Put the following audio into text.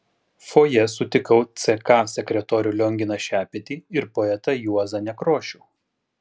fojė sutikau ck sekretorių lionginą šepetį ir poetą juozą nekrošių